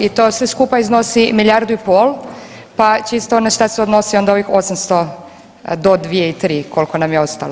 I to sve skupa iznosi milijardu i pol pa čisto na šta se odnosi onda ovih 800 do 2,3 koliko nam je ostalo.